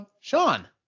Sean